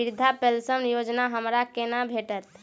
वृद्धा पेंशन योजना हमरा केना भेटत?